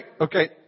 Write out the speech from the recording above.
okay